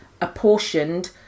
apportioned